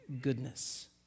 goodness